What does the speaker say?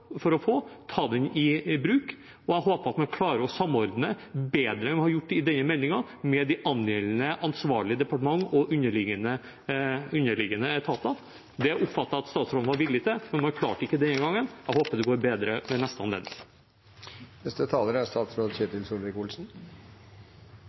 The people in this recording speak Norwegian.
å få, delvis i bruk. Og jeg håper at man klarer å samordne bedre enn man har gjort i denne meldingen, med de angjeldende ansvarlige departement og underliggende etater. Det oppfattet jeg at statsråden var villig til, men han klarte det ikke denne gangen. Jeg håper det går bedre ved neste